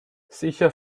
sicher